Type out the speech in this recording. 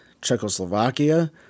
Czechoslovakia